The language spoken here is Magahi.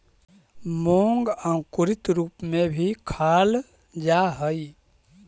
मूंग अंकुरित रूप में भी खाल जा हइ